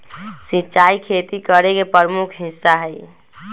सिंचाई खेती करे के प्रमुख हिस्सा हई